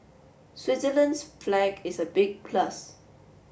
Switzerland's flag is a big plus